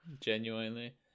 Genuinely